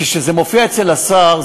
כשזה מופיע אצל השר,